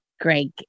Greg